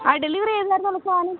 ആ ഡെലിവറി ചെയ്തായിരുന്നല്ലോ സാധനം